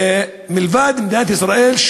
חוץ ממדינת ישראל,